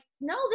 no